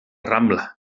rambla